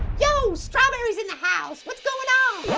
yo, strawberries in the house. what's going um